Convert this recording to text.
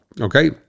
okay